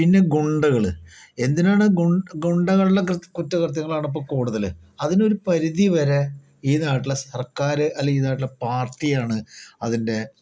പിന്നെ ഗുണ്ടകൾ എന്തിനാണ് ഗുണ്ടകളുടെ കുറ്റകൃത്യങ്ങളാണിപ്പോൾ കൂടുതൽ അതിനൊരു പരിധി വരെ ഈ നാട്ടിലെ സർക്കാർ അല്ലെങ്കിൽ ഈ നാട്ടിലെ പാർട്ടിയാണ് അതിൻ്റെ